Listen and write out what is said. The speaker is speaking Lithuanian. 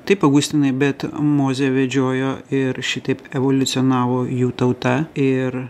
taip augustinai bet mozė vedžiojo ir šitaip evoliucionavo jų tauta ir